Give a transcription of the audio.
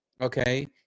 okay